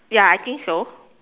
ya I think so